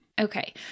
Okay